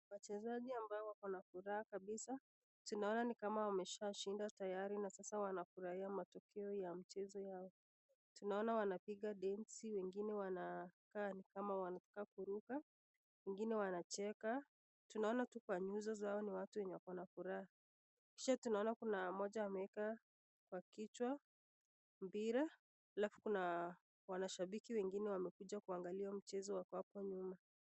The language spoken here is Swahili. Wachezaji ambao wako na furaha kabisa, tunaona ni kama wameshaashinda tayari na sasa wanafurahia matokeo ya mchezo yao , tunaona wanapiga densi wengien wanakaa ni kama wanakaa kuruka, wengine wanacheka, tunaona tu kwa nyuso zao ni watu wenye wako na furaha, kisha tunaona kuna mmoja ameweka kwa kichwa mpira, alafu kuna mashabiki wengine wenye wamekuja kuangalia mchezo wako hapo nyuma.